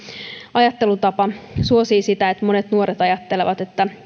ajattelutapa suosivat sitä että monet nuoret ajattelevat että